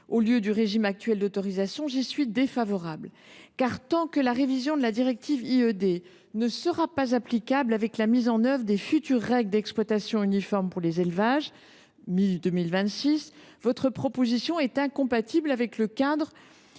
au lieu du régime actuel d’autorisation, pour les élevages soumis à la directive IED. Tant que la révision de la directive IED ne sera pas applicable avec la mise en œuvre des futures règles d’exploitation uniforme pour les élevages de 2026, une telle proposition est incompatible avec le cadre